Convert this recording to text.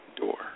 door